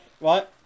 Right